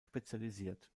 spezialisiert